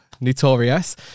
notorious